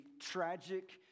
tragic